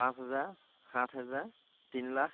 পাঁচ হাজাৰ সাত হাজাৰ তিনি লাখ